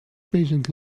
patient